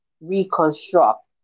reconstruct